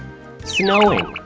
snowing